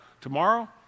tomorrow